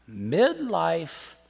Midlife